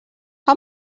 how